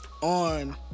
on